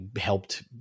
helped